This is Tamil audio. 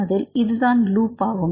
அதில் இதுதான் லூப் ஆகும்